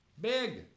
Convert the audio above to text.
Big